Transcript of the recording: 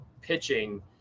pitching